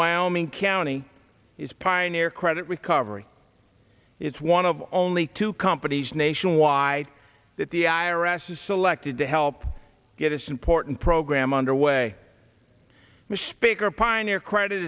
wyoming county is pioneer credit recovery it's one of only two companies nationwide that the i r s has selected to help get its important program underway misspeak or pioneer credit